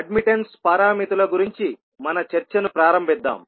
admittance పారామితుల గురించి మన చర్చను ప్రారంభిద్దాం